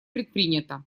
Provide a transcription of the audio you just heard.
предпринято